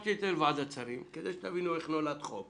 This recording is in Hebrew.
הגשתי את זה לוועדת שרים לחקיקה כדי שתבינו איך נולד חוק